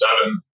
seven